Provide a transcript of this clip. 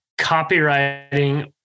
copywriting